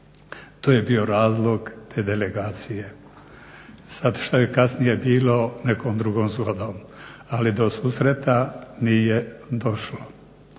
To je bio razlog te delegacije. Sad što je kasnije bilo nekom drugom zgodom, ali do susreta nije došlo.